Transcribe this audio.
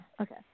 Okay